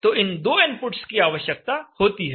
तो इन दो इनपुट्स की आवश्यकता होती है